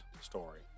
story